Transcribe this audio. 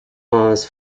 mars